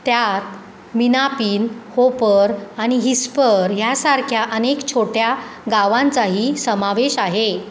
त्यात मिनापिन होपर आणि हिस्पर यासारख्या अनेक छोट्या गावांचाही समावेश आहे